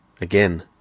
Again